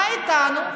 מה איתנו?